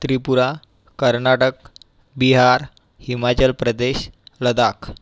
Tripura Karnataka Bihar Himachal Pradesh Ladakh